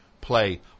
Play